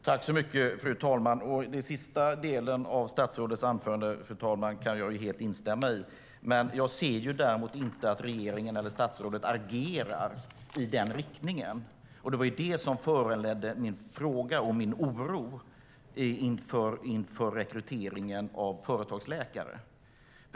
Fru talman! Den sista delen av statsrådets anförande kan jag instämma helt i. Jag ser dock inte att regeringen och statsrådet agerar i denna riktning, och det föranledde min fråga och min oro för rekryteringen av företagsläkare.